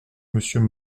monsieur